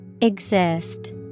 Exist